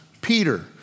Peter